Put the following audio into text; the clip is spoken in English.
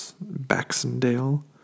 Baxendale